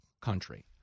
country